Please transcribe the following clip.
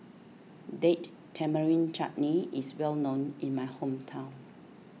Date Tamarind Chutney is well known in my hometown